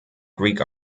greek